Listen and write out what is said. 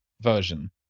version